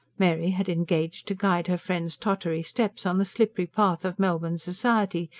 mary had engaged to guide her friend's tottery steps on the slippery path of melbourne society,